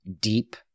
deep